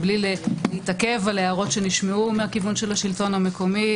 מבלי להתעכב על הערות שנשמעו מהכיוון של השלטון המקומי.